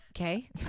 Okay